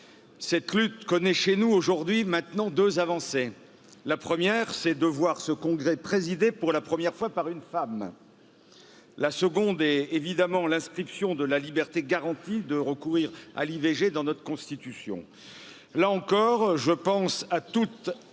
Cette lutte connaît chez nous, aujourd'hui, maintenant deux avancées. la 1ʳᵉ, c'est de voir ce Congrès présidé pour la 1ʳᵉ fois par une femme. La 2ᵈᵉ est évidemment l'inscription de la liberté garantie de recourir à l'i V G. dans notre Constitution. Là encore, je pense à toutes